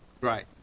Right